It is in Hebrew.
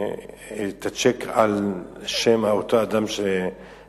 את הצ'ק על שם אותו אדם שמפקיד.